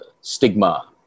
stigma